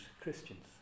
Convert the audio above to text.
Christians